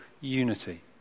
unity